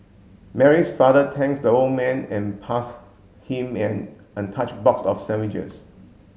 Mary's father thanks the old man and passed him an untouched box of sandwiches